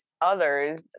others